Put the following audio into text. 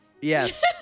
Yes